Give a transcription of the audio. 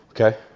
Okay